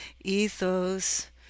ethos